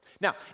Now